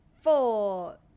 four